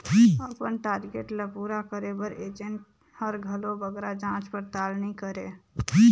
अपन टारगेट ल पूरा करे बर एजेंट हर घलो बगरा जाँच परताल नी करे